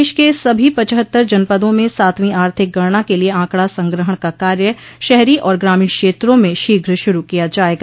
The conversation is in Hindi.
प्रदेश के सभी पचहत्तर जनपदों में सातवीं आर्थिक गणना के लिये आंकड़ा संग्रहण का कार्य शहरी और ग्रामीण क्षेत्रों में शीघ्र शुरू किया जायेगा